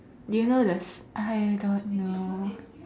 do you know the I don't know